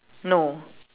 no